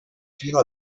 fino